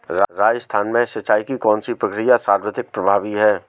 राजस्थान में सिंचाई की कौनसी प्रक्रिया सर्वाधिक प्रभावी है?